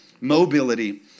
Mobility